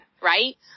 right